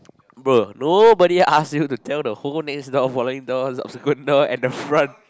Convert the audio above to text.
bro nobody ask you to tell the whole next door following door subsequent door and the front